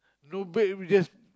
go back we just